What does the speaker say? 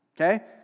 Okay